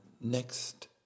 next